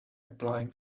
applying